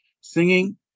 singing